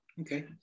Okay